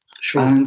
Sure